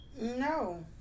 No